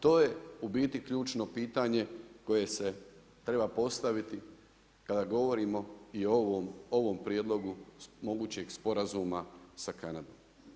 To je u biti ključno pitanje koje se treba postaviti kada govorimo i o ovom prijedlogu mogućeg sporazuma sa Kanadom.